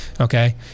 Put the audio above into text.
Okay